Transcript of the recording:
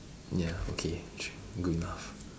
ya okay good enough